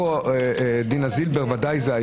הגורו דינה זילבר, בוודאי.